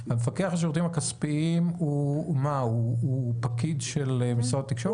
המפקח על השירותים הכספיים הוא פקיד של משרד התקשורת.